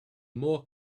more